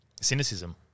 cynicism